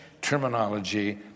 terminology